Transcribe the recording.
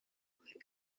with